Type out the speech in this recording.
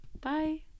bye